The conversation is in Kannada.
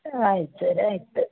ಆಯ್ತು ಸರ್ ಆಯಿತು